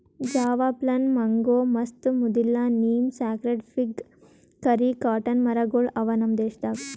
Java plum, mango, ಮಸ್ತ್, ಮುದಿಲ್ಲ, neem, sacred fig, ಕರಿ, ಕಾಟನ್ ಮರ ಗೊಳ್ ಅವಾ ನಮ್ ದೇಶದಾಗ್